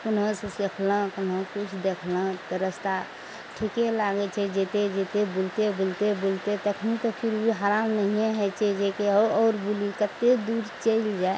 कोनहुसँ सीखलहुँ से कनहौ किछु देखलहुँ तऽ रस्ता ठीके लागय छै जाइते जाइते बुलिते बुलिते बुलिते तखनी तऽ फिर भी हरान नहिये होइ छै जेकि आओर बुली कते दूर चलि जाइ